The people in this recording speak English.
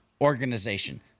organization